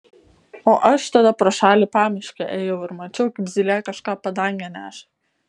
o aš tada pro šalį pamiške ėjau ir mačiau kaip zylė kažką padange neša